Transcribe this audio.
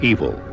Evil